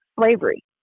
slavery